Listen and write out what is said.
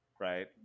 right